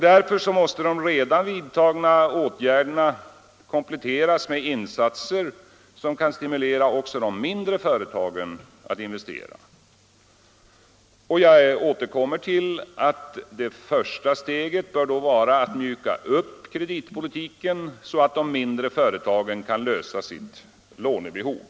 Därför måste de redan vidtagna åtgärderna kompletteras med insatser som kan stimulera också de mindre företagen att investera. Jag återkommer till att det första steget bör vara att mjuka upp kreditpolitiken, så att de mindre företagen kan tillgodose sitt lånebehov.